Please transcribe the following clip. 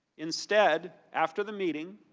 instead, after the meeting,